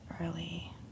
early